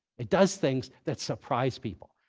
it does things that surprise people.